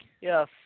Yes